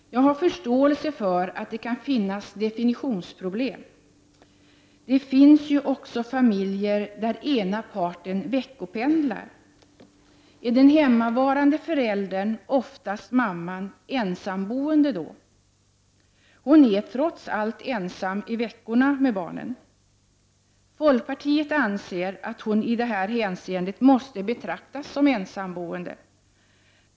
Jag har förståelse för att det kan finnas definitionsproblem. Det finns ju också familjer där ena parten veckopendlar. Är den hemmavarande föräldern —- oftast mamman — ensamboende då? Hon är trots allt ensam i veckorna med barnen. Folkpartiet anser att hon i detta hänseende måste betraktas som ensamboende.